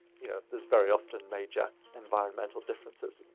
you know, there's very often major environmental differences. and